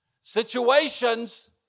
situations